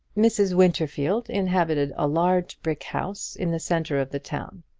mrs. winterfield inhabited a large brick house in the centre of the town.